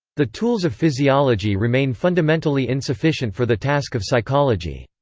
the tools of physiology remain fundamentally insufficient for the task of psychology.